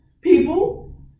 people